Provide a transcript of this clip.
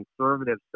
conservative